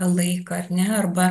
laiką ar ne arba